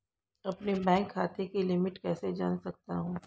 अपने बैंक खाते की लिमिट कैसे जान सकता हूं?